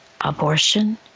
abortion